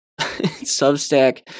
Substack